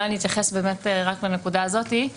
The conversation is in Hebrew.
אני אתייחס רק לנקודה הזאת.